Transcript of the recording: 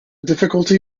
difficulty